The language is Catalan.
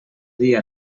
dia